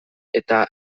eta